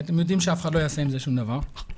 הם יודעים שאף אחד לא יעשה עם זה שום דבר באמת,